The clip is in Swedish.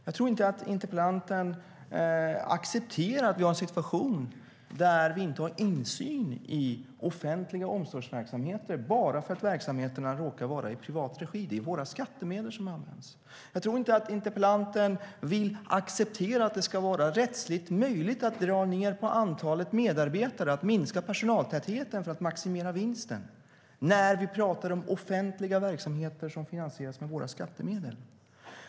Jag tror inte att interpellanten accepterar att vi har en situation där vi inte har insyn i offentliga omsorgsverksamheter bara därför att verksamheterna råkar vara i privat regi. Det är våra skattemedel som används. Jag tror inte att interpellanten vill acceptera att det ska vara rättsligt möjligt att dra ned på antalet medarbetare, att minska personaltätheten för att maximera vinsten, när vi pratar om offentliga verksamheter som finansieras med våra skattemedel.